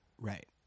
Right